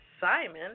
Simon